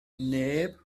neb